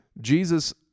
Jesus